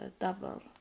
double